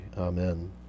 Amen